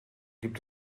gibt